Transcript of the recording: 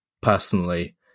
personally